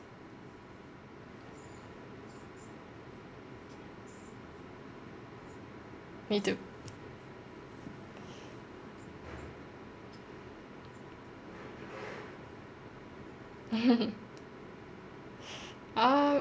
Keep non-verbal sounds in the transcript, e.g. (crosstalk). me too (laughs) (breath) uh